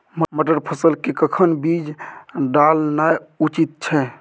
मटर फसल के कखन बीज डालनाय उचित छै?